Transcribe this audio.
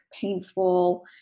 painful